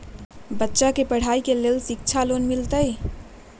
बच्चा के पढ़ाई के लेर शिक्षा लोन मिलहई?